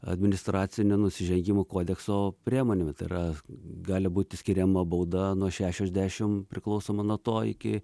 administracinio nusižengimo kodekso priemonėm tai yra gali būti skiriama bauda nuo šešiasdešimt priklausomai nuo to iki